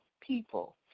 people